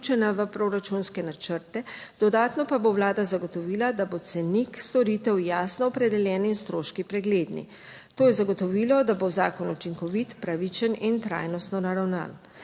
v proračunske načrte, dodatno pa bo Vlada zagotovila, da bo cenik storitev jasno opredeljen in stroški pregledni. To je zagotovilo, da bo zakon učinkovit, pravičen in trajnostno naravnan.